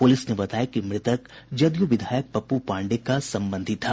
police ने बताया कि मृतक जदयू विधायक पप्पू पांडेय के संबंधी था